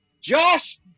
Josh